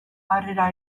harrera